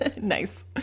Nice